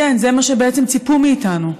כן, זה מה שבעצם ציפו מאיתנו,